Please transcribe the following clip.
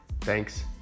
Thanks